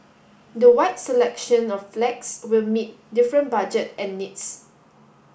the wide selection of flags will meet different budget and needs